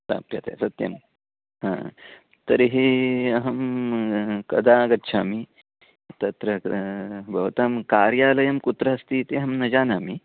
प्राप्यते सत्यं हा तर्हि अहं कदा आगच्छामि तत्र भवतां कार्यालयं कुत्र अस्ति इति अहं न जानामि